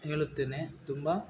ಹೇಳುತ್ತೇನೆ ತುಂಬ